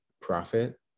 profit